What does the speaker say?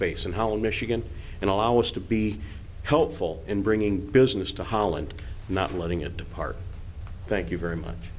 base in holland michigan and allow us to be helpful in bringing business to holland and not letting it depart thank you very much